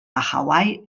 hawaii